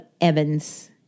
Evans